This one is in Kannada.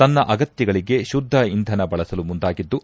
ತನ್ನ ಅಗತ್ಯಗಳಿಗೆ ಶುದ್ದ ಇಂಧನ ಬಳಸಲು ಮುಂದಾಗಿದ್ಲು